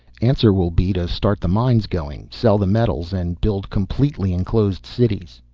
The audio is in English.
answer will be to start the mines going, sell the metals and build completely enclosed cities.